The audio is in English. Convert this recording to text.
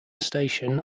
station